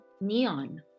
neon